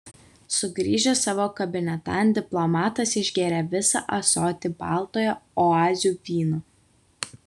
sugrįžęs savo kabinetan diplomatas išgėrė visą ąsotį baltojo oazių vyno